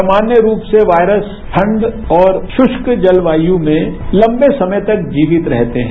सामान्य रूप से वायरस ठंड और शुष्क जलवायु में लंबे समय तक जीवित रहते हैं